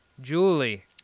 Julie